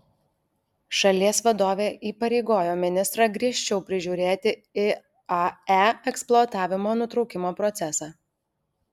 šalies vadovė įpareigojo ministrą griežčiau prižiūrėti iae eksploatavimo nutraukimo procesą